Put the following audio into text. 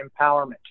empowerment